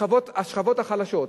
השכבות החלשות.